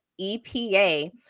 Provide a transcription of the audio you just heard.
EPA